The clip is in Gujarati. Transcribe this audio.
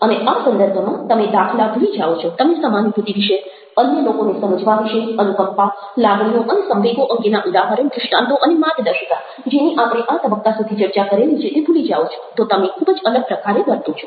અને આ સંદર્ભમાં તમે દાખલા ભૂલી જાઓ છો તમે સમાનુભૂતિ વિશેઅન્ય લોકોને સમજવા વિશે અનુકંપા લાગણીઓ અને સંવેગો અંગેના ઉદાહરણ દૃષ્ટાંતો અને માર્ગદર્શિકા જેની આપણે આ તબક્કા સુધી ચર્ચા કરેલી છે તે ભૂલી જાઓ છો તો તમે ખૂબ જ અલગ પ્રકારે વર્તો છો